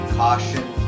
caution